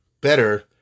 better